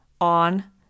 on